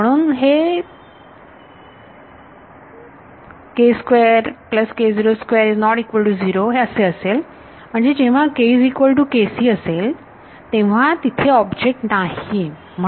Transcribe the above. म्हणून हे असे असेल म्हणजे जेव्हा असेल तेव्हा तेथे ऑब्जेक्ट नाही